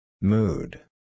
Mood